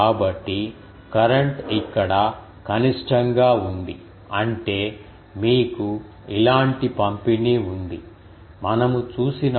కాబట్టి కరెంట్ ఇక్కడ కనిష్టంగా ఉంది అంటే మీకు ఇలాంటి పంపిణీ ఉంది మనము చూసినప్పుడు